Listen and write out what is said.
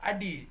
Adi